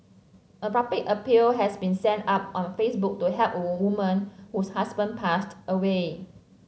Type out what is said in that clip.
a public appeal has been set up on Facebook to help a woman whose husband passed away